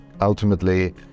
ultimately